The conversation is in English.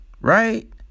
right